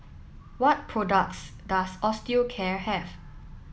what products does Osteocare have